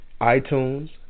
iTunes